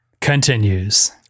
continues